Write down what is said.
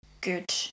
Good